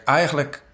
eigenlijk